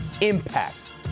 impact